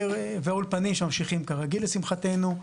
ואולפנים שממשיכים כרגיל לשמחתנו,